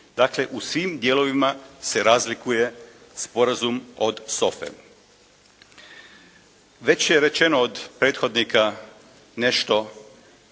dakle u svim dijelovima se razlikuje sporazum od SOFA-e. Već je rečeno od prethodnika nešto